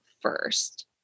first